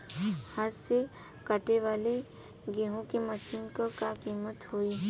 हाथ से कांटेवाली गेहूँ के मशीन क का कीमत होई?